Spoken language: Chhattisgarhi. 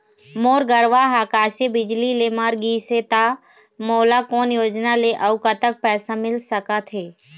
मोर गरवा हा आकसीय बिजली ले मर गिस हे था मोला कोन योजना ले अऊ कतक पैसा मिल सका थे?